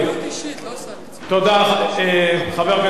תודה, חבר הכנסת חסון.